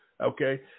Okay